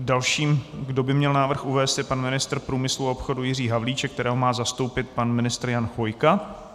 Dalším, kdo by měl návrh uvést, je pan ministr průmyslu a obchodu Jiří Havlíček, kterého má zastoupit pan ministr Jan Chvojka.